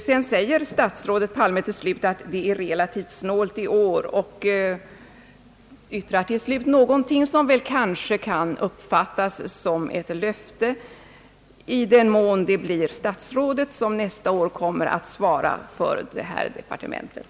Sedan säger statsrådet Palme att det är relativt snålt i år, och han yttrar till slut någonting som väl kanske kan uppfattas som ett löfte, i den mån det blir statsrådet som nästa år kommer att svara för departementet.